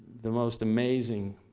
the most amazing